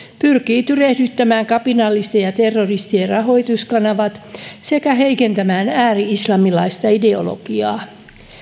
pyrkii tyrehdyttämään kapinallisten ja terroristien rahoituskanavat sekä heikentämään ääri islamilaista ideologiaa